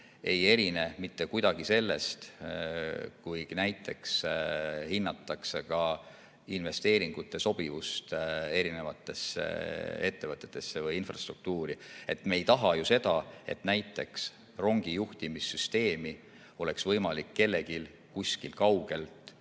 ei erine mitte kuidagi sellest, kui hinnatakse näiteks investeeringuid erinevatesse ettevõtetesse või infrastruktuuri. Me ei taha ju seda, et näiteks rongijuhtimissüsteemi oleks võimalik kellelgi kuskil kaugel välja